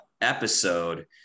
episode